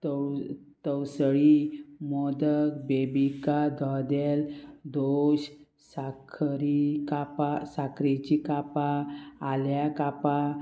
तव तवसळी मोदक बेबिका धोदेल दोश साखरी कापां साकरेची कापां आल्या कापां